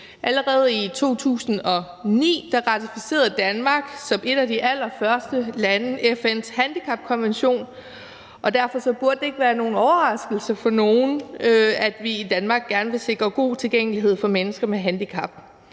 Allerede i 2009 ratificerede Danmark som et af de allerførste lande FN's handicapkonvention, og derfor burde det ikke være nogen overraskelse for nogen, at vi i Danmark gerne vil sikre god tilgængelighed for mennesker med handicap.